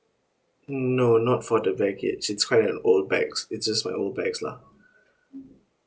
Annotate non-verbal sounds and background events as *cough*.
no not for the baggage it's quite an old bags it's just my old bags lah *breath*